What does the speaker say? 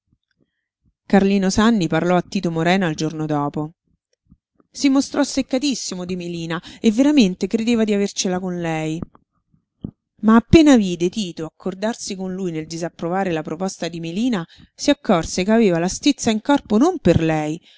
carlino sanni parlò a tito morena il giorno dopo si mostrò seccatissimo di melina e veramente credeva di avercela con lei ma appena vide tito accordarsi con lui nel disapprovare la proposta di melina si accorse che aveva la stizza in corpo non per lei